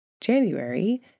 January